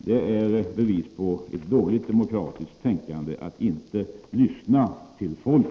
Det är ett bevis på dåligt demokratiskt tänkande att inte lyssna till folk!